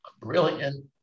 brilliant